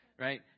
right